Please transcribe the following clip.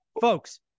folks